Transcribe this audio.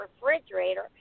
refrigerator